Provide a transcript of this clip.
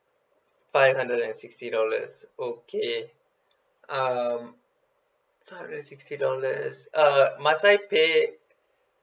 five hundred and sixty dollars okay um five hundred and sixty dollars uh must I pay